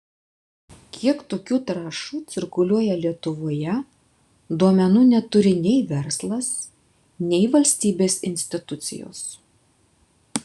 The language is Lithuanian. kiek tokių trąšų cirkuliuoja lietuvoje duomenų neturi nei verslas nei valstybės institucijos